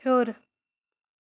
ہیوٚر